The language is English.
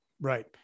Right